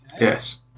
Yes